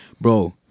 bro